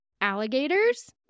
alligators